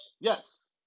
Yes